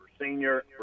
senior